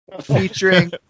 featuring